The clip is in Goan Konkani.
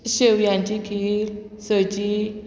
शेवयांची खीर सजी